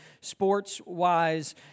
sports-wise